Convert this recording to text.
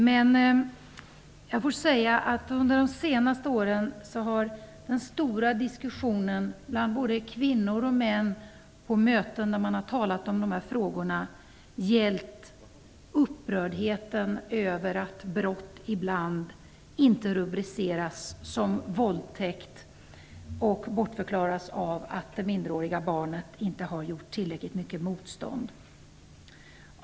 Men jag måste säga att under de senaste åren har den stora diskussionen bland både kvinnor och män på möten, där man har talat om dessa frågor, gällt upprördheten över att brott ibland inte rubriceras som våldtäkt och att det bortförklaras med att det minderåriga barnet inte har gjort tillräckligt mycket motstånd.